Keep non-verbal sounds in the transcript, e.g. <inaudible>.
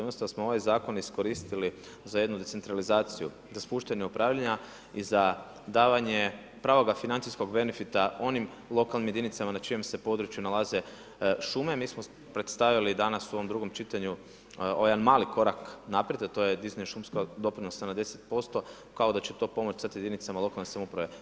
I umjesto da smo ovaj zakon iskoristili za jednu decentralizaciju, za … <unintelligible> upravljanja i za davanje pravoga financijskog benefita onim lokalnim jedinicama na čijem se području nalaze šume, mi smo predstavili danas u ovom drugom čitanju ovaj jedan mali korak naprijed a to je dizanje šumskog doprinosa na 10% kao da će to pomoći sada jedinicama lokalne samouprave.